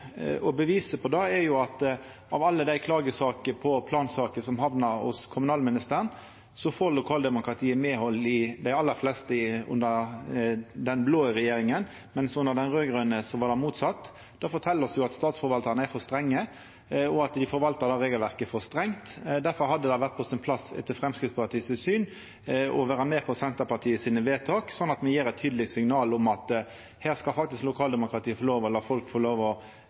Beviset på det er at av alle dei klagesakene i samband med plansaker som hamnar hos kommunalministeren, får lokaldemokratiet medhald i dei aller fleste under den blå regjeringa, mens under den raud-grøne var det motsett. Det fortel oss at statsforvaltarane er for strenge, og at dei forvaltar det regelverket for strengt. Difor hadde det, etter Framstegspartiets syn, vore på sin plass å vera med på Senterpartiets forslag, slik at me gjev eit tydeleg signal om at her skal lokaldemokratiet få lov til å la folk få byggja og bu der dei vil, og lokaldemokratiet skal få lov til å